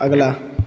अगला